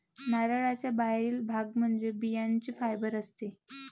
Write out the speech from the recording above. नारळाचा बाहेरील भाग म्हणजे बियांचे फायबर असते